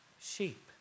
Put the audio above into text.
sheep